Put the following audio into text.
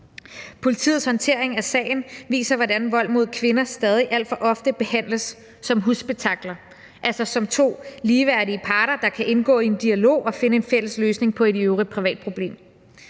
Politiets håndtering af sagen viser, hvordan vold mod kvinder stadig alt for ofte behandles som husspektakler, altså som to ligeværdige parter, der kan indgå i en dialog og finde en fælles løsning på et i øvrigt privat problem.